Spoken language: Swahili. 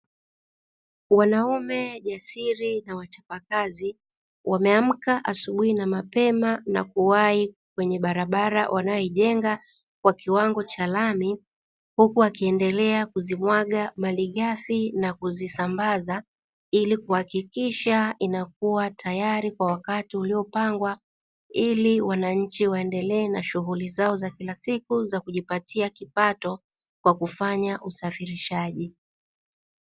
Wanaume jasiri na wachapakazi wameamka asubuhi na mapema na kuwahi kwenye barabara wanaoijenga kwa kiwango cha lami, huku akiendelea kuzimwaga malighafi na kuzisambaza ili kuhakikisha inakuwa tayari kwa wakati uliopangwa ili wananchi waendelee na shughuli zao za kila siku za kujipatia kipato kwa kufanya usafirishaji.